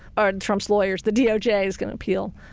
ah trump's lawyers, the doj yeah is gonna appeal.